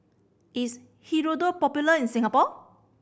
is Hirudoid popular in Singapore